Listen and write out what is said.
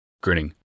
grinning